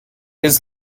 his